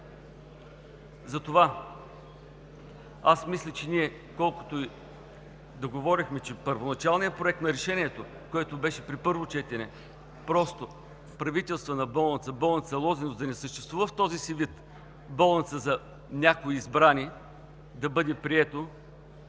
Затова мисля, че колкото и да говорихме, че първоначалният проект на решението, което беше при първо четене – просто Правителствена болница, болница „Лозенец“ да не съществува в този си вид като болница за някои избрани, да бъде прието